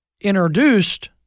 introduced